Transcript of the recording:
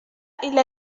إلى